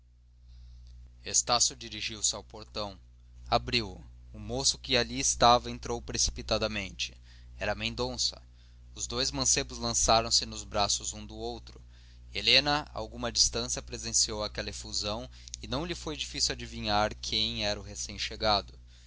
estácio dirigiu-se ao portão abriu-o um moço que ali estava entrou precipitadamente era mendonça os dois mancebos lançaram se nos braços um do outro helena a alguma distância presenciou aquela efusão e não lhe foi difícil adivinhar quem era o